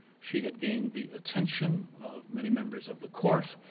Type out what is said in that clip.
she had gained the attention of many members of the court,